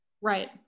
Right